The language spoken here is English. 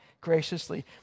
graciously